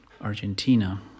Argentina